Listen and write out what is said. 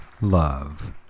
Love